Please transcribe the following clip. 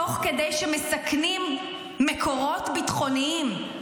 תוך כדי שמסכנים מקורות ביטחוניים.